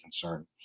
concern